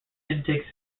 intake